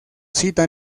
cita